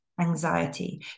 anxiety